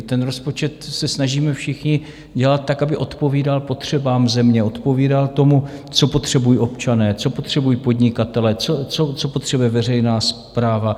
Ten rozpočet se snažíme všichni dělat tak, aby odpovídal potřebám země, odpovídal tomu, co potřebují občané, co potřebují podnikatelé, co potřebuje veřejná správa.